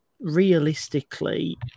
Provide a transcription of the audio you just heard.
realistically